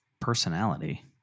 personality